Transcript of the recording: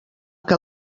que